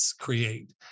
create